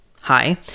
hi